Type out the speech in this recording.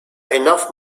enough